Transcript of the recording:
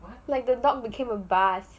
like the dog became a bus